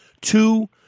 two